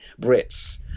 Brits